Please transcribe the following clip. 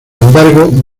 embargo